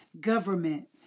government